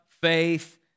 faith